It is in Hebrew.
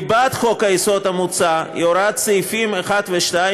ליבת חוק-היסוד המוצע היא הוראת סעיפים 1 ו-2,